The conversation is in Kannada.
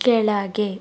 ಕೆಳಗೆ